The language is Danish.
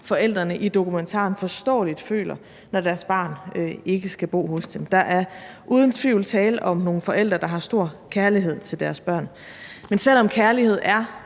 forældrene i dokumentaren forståeligt føler, når deres barn ikke skal bo hos dem. Der er uden tvivl tale om nogle forældre, der har stor kærlighed til deres børn. Men selv om kærlighed er